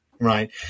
right